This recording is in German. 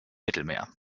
mittelmeer